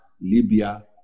Libya